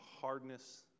hardness